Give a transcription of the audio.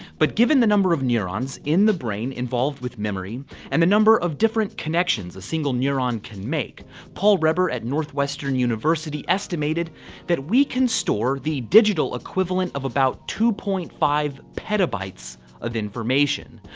but given the number of neurons in the brain involved with memory and the number of different connections a single neurone can make paul reber at northwestern university estimated that we can store the digital equivalent of about two point five petabytes of information.